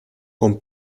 con